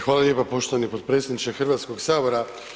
Hvala lijepa poštovani potpredsjedniče Hrvatskog sabora.